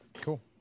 Cool